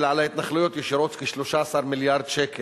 אלא על ההתנחלויות ישירות, כ-13 מיליארד שקל.